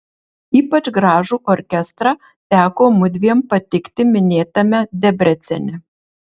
ypač gražų orkestrą teko mudviem patikti minėtame debrecene